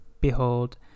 Behold